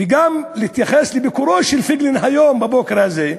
וגם להתייחס לביקורו של פייגלין היום, בבוקר הזה,